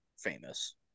famous